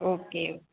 okay